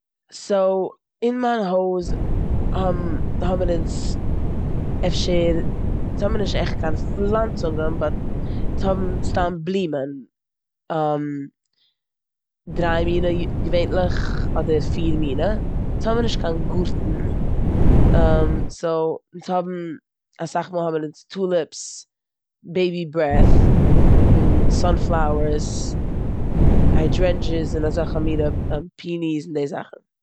סאו אין מיין הויז האבן אונז אפשר- אונז האבן נישט עכט קין פלאנצונגען באט אונז האבן סתם בלומען. דריי מינע יו- געווענטליך אדער פיר מינע. אונז האבן נישט קיין גארטן סאו אונז האבן- אסאך מאל האבן אונז טוליפס, בעיבי ברעד, סאן פלאוערס, און היידשרענדשיס און אזעלכע מינע, פיניס און די זאכן.